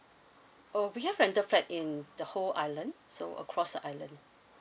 oh we have rental flat in the whole island so across the island